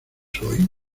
hoy